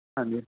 ਹਾਂਜੀ